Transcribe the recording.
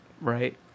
Right